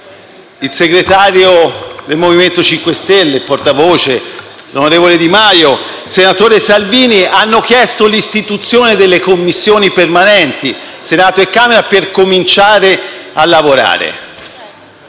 e portavoce del Movimento 5 Stelle, onorevole Di Maio, e il senatore Salvini hanno chiesto l'istituzione delle Commissioni permanenti di Senato e Camera per cominciare a lavorare.